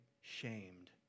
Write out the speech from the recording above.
shamed